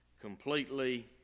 completely